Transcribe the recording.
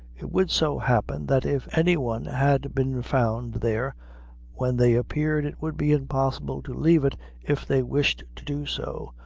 it would so happen that if any one had been found there when they appeared, it would be impossible to leave it if they wished to do so,